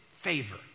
Favor